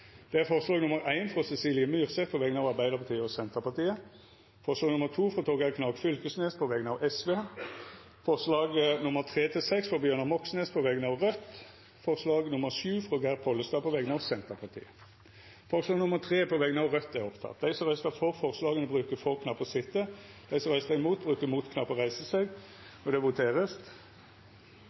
alt sju forslag. Det er forslag nr. 1, frå Cecilie Myrseth på vegner av Arbeidarpartiet og Senterpartiet forslag nr. 2, frå Torgeir Knag Fylkesnes på vegner av Sosialistisk Venstreparti forslaga nr. 3–6, frå Bjørnar Moxnes på vegner av Raudt forslag nr. 7, frå Geir Pollestad på vegner av Senterpartiet Det vert votert over forslag nr. 3, frå Raudt. Forslaget lyder: «Stortinget ber regjeringen komme tilbake til Stortinget med en plan for hvordan omfordeling av